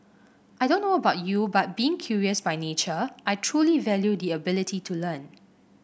I don't know about you but being curious by nature I truly value the ability to learn